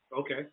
Okay